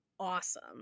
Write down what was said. awesome